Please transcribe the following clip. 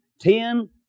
ten